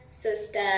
sister